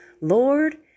Lord